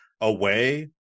away